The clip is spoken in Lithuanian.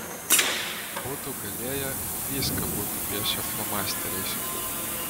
būtų galėję viską būtų piešę flomasteriais